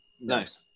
Nice